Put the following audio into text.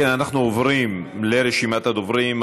אם כן אנחנו עוברים לרשימת הדוברים.